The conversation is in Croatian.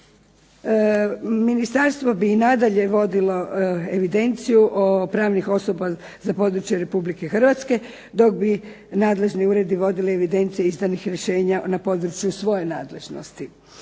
Ministarstvo bi nadalje vodilo evidenciju pravnih osoba za područje Republike Hrvatske dok bi nadležni uredi vodili evidencije izdanih rješenja na području svoje nadležnosti.